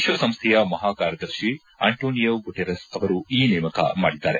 ವಿಶ್ವಸಂಸ್ಥೆಯ ಮಹಾ ಕಾರ್ಯದರ್ಶಿ ಆಂಟೋನಿಯೊ ಗುಟೆರಸ್ ಅವರು ಈ ನೇಮಕ ಮಾಡಿದ್ದಾರೆ